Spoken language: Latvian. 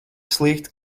slikti